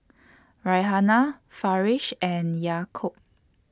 Raihana Firash and Yaakob